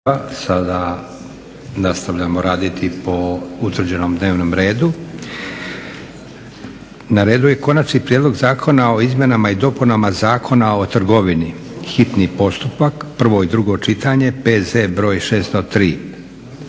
Sada nastavljamo raditi po utvrđenom dnevnom redu. Na redu je - Konačni prijedlog zakona o izmjenama i dopunama Zakona o trgovini, hitni postupak, prvo i drugo čitanje, P.Z. br. 603